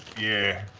yeah.